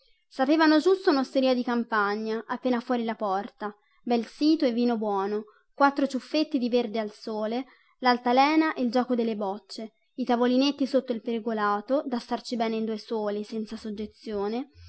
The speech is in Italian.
sapevano giusto unosteria di campagna appena fuori la porta bel sito e vino buono quattro ciuffetti di verde al sole laltalena e il giuoco delle bocce i tavolinetti sotto il pergolato da starci bene in due soli senza soggezione